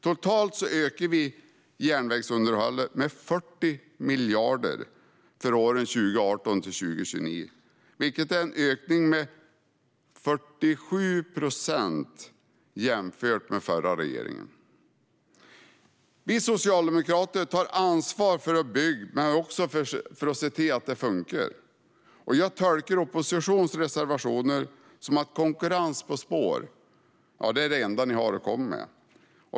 Totalt ökar vi järnvägsunderhållet med 40 miljarder för åren 2018-2029, vilket är en ökning med 47 procent jämfört med hur det var under den förra regeringen. Vi socialdemokrater tar ansvar för att bygga men också för att se till att det fungerar. Jag tolkar oppositionens reservationer som att konkurrens på spår är det enda ni har att komma med.